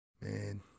Man